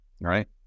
Right